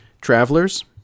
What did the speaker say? travelers